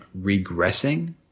regressing